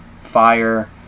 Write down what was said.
Fire